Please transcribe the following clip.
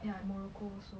ya morocco also